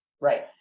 Right